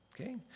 Okay